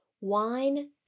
Wine